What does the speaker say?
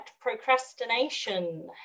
procrastination